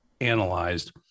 analyzed